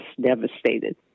devastated